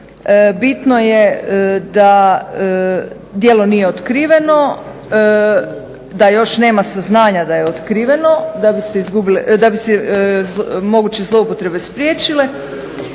Bitno je da djelo nije otkriveno, da još nema saznanja da je otkriveno, da bi se moguće zloupotrebe spriječile